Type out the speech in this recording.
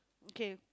okay